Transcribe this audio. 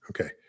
okay